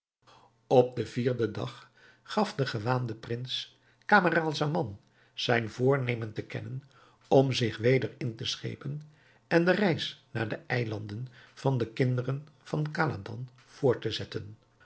op den vierden dag gaf de gewaande prins camaralzaman zijn voornemen te kennen om zich weder in te schepen en de reis naar de eilanden van de kinderen van khaladan voort te zetten